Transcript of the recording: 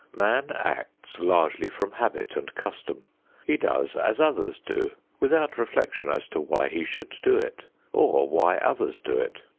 man acts largely from habit and custom he does as others do, without reflection as to why he should do it or why others do it.